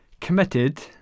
committed